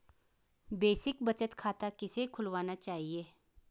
Basic बचत खाता किसे खुलवाना चाहिए?